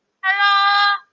Hello